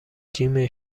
جیم